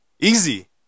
Easy